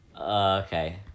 Okay